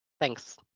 Thanks